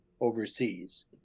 overseas